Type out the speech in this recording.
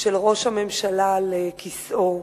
של ראש הממשלה לכיסאו,